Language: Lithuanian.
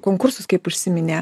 konkursus kaip užsiminė